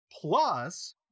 plus